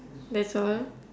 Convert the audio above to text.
that's all